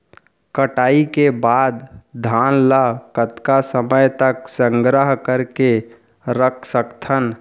कटाई के बाद धान ला कतका समय तक संग्रह करके रख सकथन?